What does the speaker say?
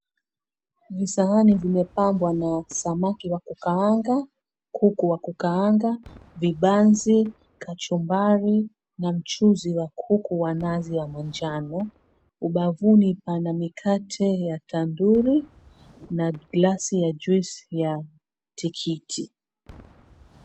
Visahani vimepambwa na samaki wa kukaanga, kuku wa kukaanga, vibanzi, kachumbari, na mchuzi wa kuku wa nazi wa manjano. Ubavuni pana mikate ya tanduri na glasi ya juisi ya tikiti.